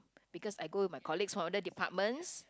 because I go with my colleague from other departments